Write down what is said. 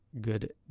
Good